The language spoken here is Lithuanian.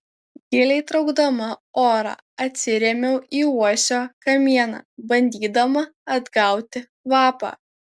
giliai traukdama orą atsirėmiau į uosio kamieną bandydama atgauti kvapą